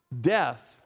death